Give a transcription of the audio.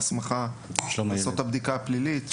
ההסמכה לעשות את הבדיקה הפלילית,